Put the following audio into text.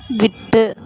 விட்டு